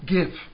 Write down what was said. Give